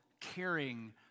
caring